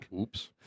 Oops